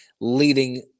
leading